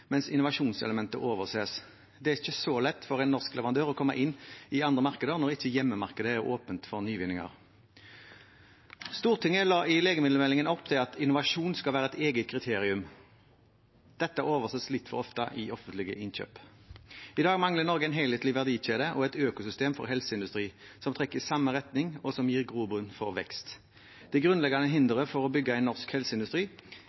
mens innovasjonselementet overses. Det er ikke så lett for en norsk leverandør å komme inn i andre markeder når ikke hjemmemarkedet er åpent for nyvinninger. Stortinget la i legemiddelmeldingen opp til at innovasjon skal være et eget kriterium. Dette overses litt for ofte i offentlige innkjøp. I dag mangler Norge en helhetlig verdikjede og et økosystem for helseindustri som trekker i samme retning, og som gir grobunn for vekst. Det grunnleggende hinderet for å bygge en norsk helseindustri